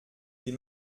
des